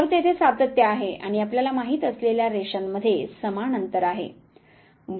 तर तेथे सातत्य आहे आणि आपल्याला माहित असलेल्या रेषांमध्ये समान अंतर आहे